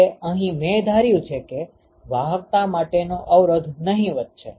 હવે અહી મે ધાર્યું છે કે વાહકતા માટેનો અવરોધ નહીવત છે